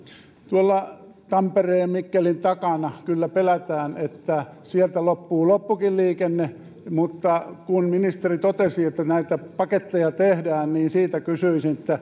tuolla tampereen ja mikkelin takana kyllä pelätään että sieltä loppuu loppukin liikenne mutta kun ministeri totesi että näitä paketteja tehdään niin siitä kysyisin